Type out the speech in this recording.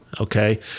Okay